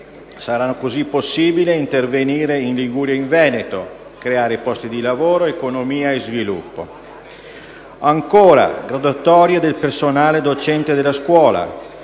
Sarà così possibile intervenire in Liguria ed in Veneto creando posti di lavoro, economia e sviluppo. E ancora, in merito alle graduatorie del personale docente della scuola,